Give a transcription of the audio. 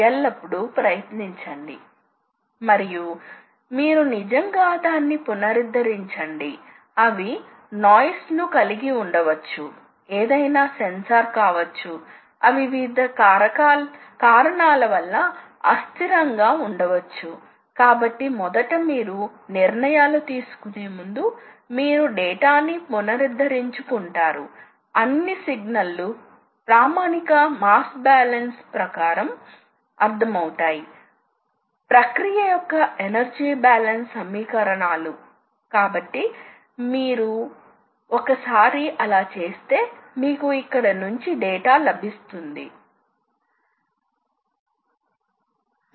కాబట్టి ఇది ఈ దిశలో X Y ఈ దిశలో right handed coordinate system Z vertical దిశగా ఉంటుంది మరియు అందువల్ల మీరు కూడా అదే విధంగా రోటేషనల్ డైరెక్షన్ ను నిర్వచించవచ్చు కాబట్టి మీరు మళ్ళీ రైట్ హ్యాండెడ్ సిస్టమ్ ను తీసుకుని మీరు మీ వేళ్లను దీని చుట్టూ వంకరగా ఉంఛ గలిగి తే ఇది పాజిటివ్ దిశ అవుతుంది ఇక్కడ బొటనవేలు పాజిటివ్ Z అక్షం వైపు చూపుతుంది కాబట్టి ఇవి పాజిటివ్ రోటేషన్స్ గా ఉంటాయి మరియు ఇవి పాజిటివ్ ట్రాన్స్లేషన్స్ అవుతాయి